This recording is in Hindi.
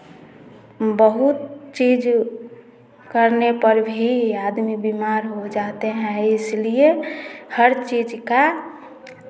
बहुत चीज़ करने पर भी आदमी बीमार हो जाते हैं इसलिए हर चीज़ का